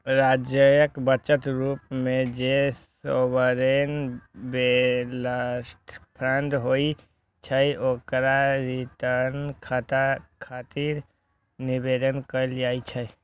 राज्यक बचत रूप मे जे सॉवरेन वेल्थ फंड होइ छै, ओकरा रिटर्न खातिर निवेश कैल जाइ छै